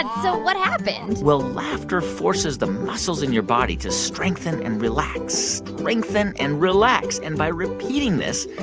so what happened? well, laughter forces the muscles in your body to strengthen and relax, strengthen and relax. and by repeating this,